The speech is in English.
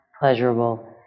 pleasurable